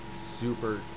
Super